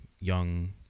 young